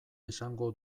esango